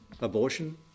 abortion